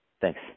Thanks